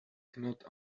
cannot